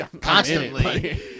Constantly